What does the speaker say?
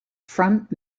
front